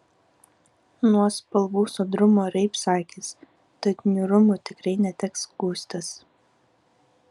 nuo spalvų sodrumo raibs akys tad niūrumu tikrai neteks skųstis